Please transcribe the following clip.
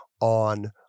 on